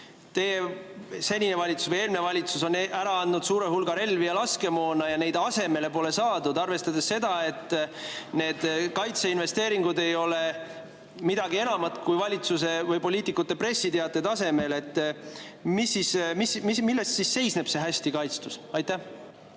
et senine valitsus või eelmine valitsus on ära andnud suure hulga relvi ja laskemoona ja neid asemele pole saadud, arvestades seda, et need kaitseinvesteeringud ei ole midagi enamat kui valitsuse või poliitikute pressiteate tasemel, siis milles seisneb see hästi kaitstus? Aitäh,